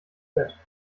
bett